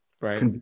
Right